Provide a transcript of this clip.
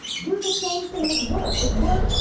do the same thing at work. at work,